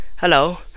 Hello